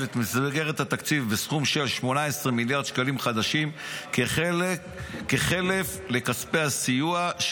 את מסגרת התקציב בסכום של 18 מיליארד שקלים חדשים כחלף לכספי הסיוע,